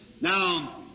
Now